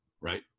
right